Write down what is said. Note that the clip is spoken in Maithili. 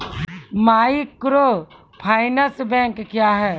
माइक्रोफाइनेंस बैंक क्या हैं?